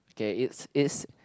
K it's it's